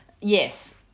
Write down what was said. yes